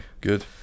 Good